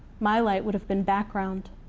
my light would have been background.